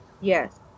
Yes